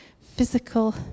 physical